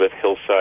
Hillside